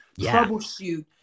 troubleshoot